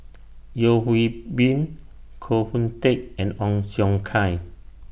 Yeo Hwee Bin Koh Hoon Teck and Ong Siong Kai